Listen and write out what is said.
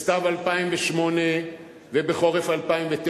בסתיו 2008 ובחורף 2009?